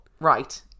right